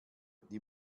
die